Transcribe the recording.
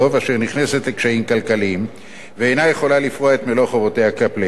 אשר נכנסת לקשיים כלכליים ואינה יכולה לפרוע את מלוא חובותיה כלפיהם.